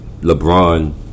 LeBron